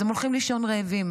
אז הם הולכים לישון רעבים.